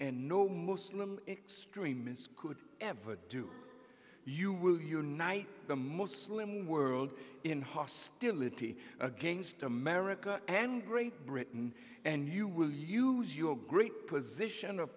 and no muslim extremist could ever do you will unite the muslim world in hostility against america and great britain and you will use your great position of